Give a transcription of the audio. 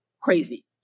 Crazy